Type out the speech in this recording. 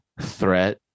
threat